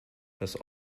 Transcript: das